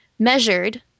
measured